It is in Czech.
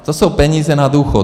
To jsou peníze na důchody.